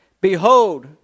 Behold